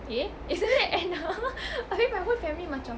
eh is that anna habis my whole family macam